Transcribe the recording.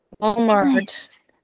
Walmart